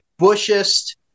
Bushist